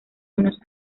unos